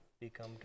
become